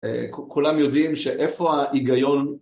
כולם יודעים שאיפה ההיגיון